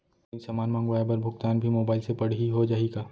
Online समान मंगवाय बर भुगतान भी मोबाइल से पड़ही हो जाही का?